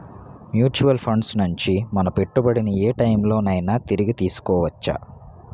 Mutual funds నుండి మన పెట్టుబడిని ఏ టైం లోనైనా తిరిగి తీసుకోవచ్చా?